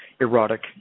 erotic